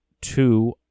Two